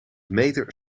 meter